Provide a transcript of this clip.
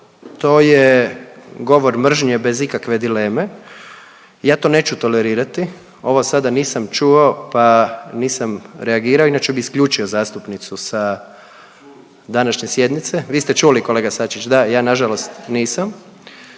To je govor mržnje bez ikakve dileme. Ja to neću tolerirati. Ovo sada nisam čuo, pa nisam reagirao inače bih isključio zastupnicu sa današnje sjednice. Vi ste čuli kolega Sačić da, ja na žalost nisam.